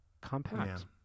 compact